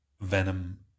Venom